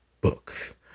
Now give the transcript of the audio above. books